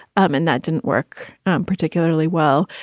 um and that didn't work particularly well.